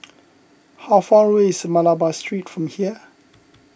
how far away is Malabar Street from here